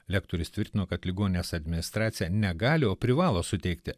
lektorius tvirtino kad ligoninės administracija negali o privalo suteikti